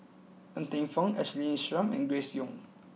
Ng Teng Fong Ashley Isham and Grace Young